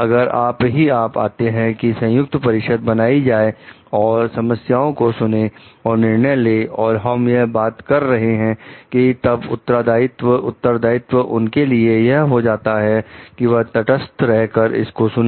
अगर आप ही आप आते हैं कि संयुक्त परिषद बनाई जाए जो समस्याओं को सुने और निर्णय ले और हम यह बात कर रहे हैं कि तब उत्तरदायित्व उनके लिए यह हो जाता है कि वह तटस्थ रहकर इसको सुने